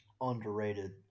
underrated